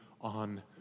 on